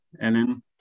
Ellen